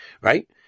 Right